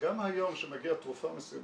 --- גם היום כשמגיעה תרופה מסוימת,